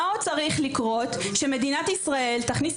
מה עוד צריך לקרות כדי שמדינת ישראל תכניס